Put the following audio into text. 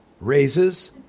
raises